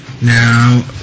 now